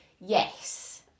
Yes